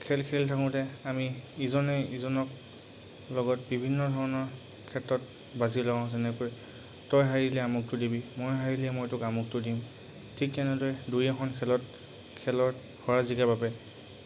খেল খেলি থাকোঁতে আমি ইজনে সিজনক লগত বিভিন্ন ধৰণৰ ক্ষেত্ৰত বাজি লওঁ যেনেকৈ তই হাৰিলে আমুকটো দিবি মই হাৰিলে মইটোক আমুকটো দিম ঠিক তেনেদৰে দুয়ই এখন খেলত খেলত সৰা জিকাৰ বাবে